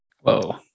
Whoa